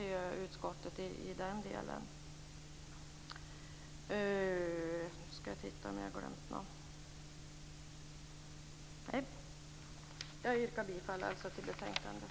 Jag yrkar bifall till hemställan i betänkandet.